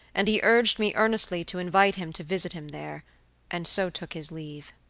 and he urged me earnestly to invite him to visit him there and so took his leave.